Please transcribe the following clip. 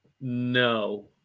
No